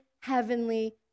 heavenly